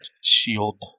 shield